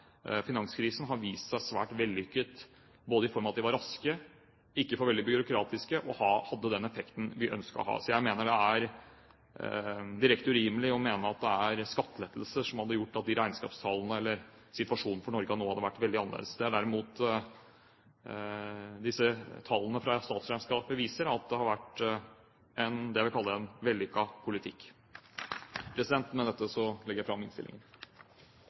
finanskrisen, har vist seg svært vellykket – de var raske, ikke så veldig byråkratiske, og de hadde den ønskede effekten. Jeg mener det er direkte urimelig å mene at det er skattelettelser som hadde gjort at regnskapstallene eller situasjonen for Norge nå hadde vært veldig annerledes. Det disse tallene fra statsregnskapet derimot viser, er at det har vært det jeg vil kalle en vellykket politikk. Med dette legger jeg fram innstillingen.